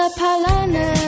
Palana